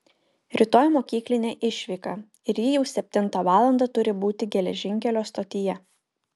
rytoj mokyklinė išvyka ir ji jau septintą valandą turi būti geležinkelio stotyje